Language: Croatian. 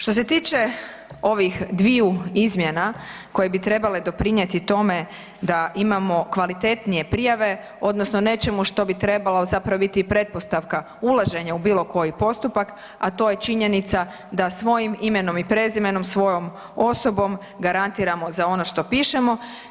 Što se tiče ovih dviju izmjena koje bi trebale doprinijeti tome da imamo kvalitetnije prijave, odnosno nečemu što bi trebalo zapravo biti pretpostavka ulaženja u bilo koji postupak, a to je činjenica da svojim imenom i prezimenom, svojom osobom garantiramo za ono što pišemo.